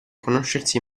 conoscersi